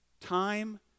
Time